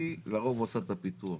היא לרוב עושה את הפיתוח.